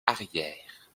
arrière